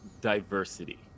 diversity